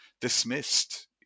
dismissed